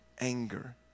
anger